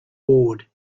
awed